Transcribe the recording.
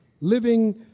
Living